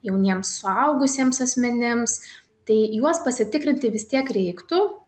jauniems suaugusiems asmenims tai juos pasitikrinti vis tiek reiktų